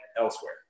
elsewhere